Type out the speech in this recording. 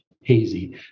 hazy